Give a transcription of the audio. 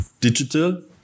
digital